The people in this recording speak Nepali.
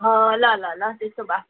अँ ल ल ल त्यसो भए